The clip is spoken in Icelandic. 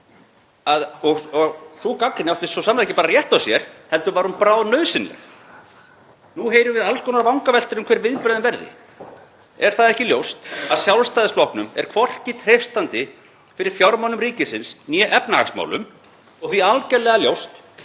og sú gagnrýni átti ekki bara sannarlega rétt á sér heldur var hún bráðnauðsynleg. Nú heyrum við alls konar vangaveltur um hver viðbrögðin verði. Er það ekki ljóst að Sjálfstæðisflokknum er hvorki treystandi fyrir fjármálum ríkisins né efnahagsmálum og því algjörlega ljóst